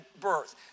birth